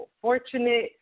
fortunate